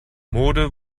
mode